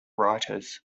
writers